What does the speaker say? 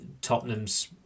Tottenham's